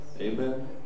Amen